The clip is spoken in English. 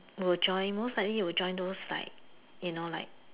will join most likely will join those like you know like